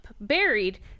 buried